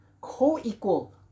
co-equal